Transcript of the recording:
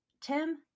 Tim